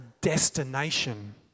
destination